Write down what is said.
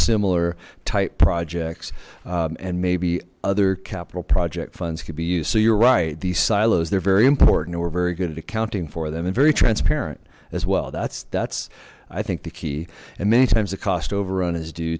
similar type projects and maybe other capital project funds could be used so you're right these silos they're very important and we're very good at accounting for them and very transparent as well that's that's i think the key and many times the cost overrun is due